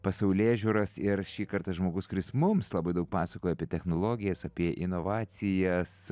pasaulėžiūras ir šį kartą žmogus kuris mums labai daug pasakoja apie technologijas apie inovacijas